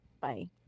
Bye